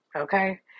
Okay